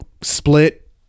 Split